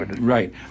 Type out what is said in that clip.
right